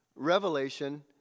revelation